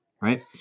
right